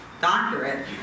doctorate